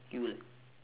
you